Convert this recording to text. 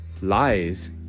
lies